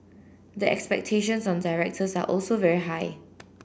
the expectations on directors are also very high